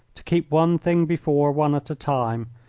to keep one thing before one at a time,